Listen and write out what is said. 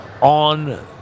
on